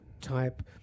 type